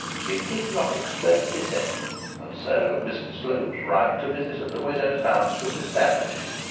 she did not express dissent and so mr slope's right to visit at the widow's house was established.